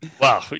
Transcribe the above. Wow